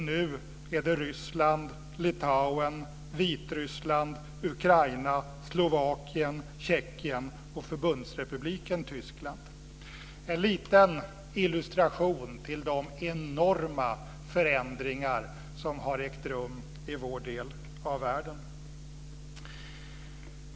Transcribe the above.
Nu är det Detta var en liten illustration till de enorma förändringar som har ägt rum i vår del av världen.